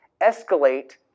escalate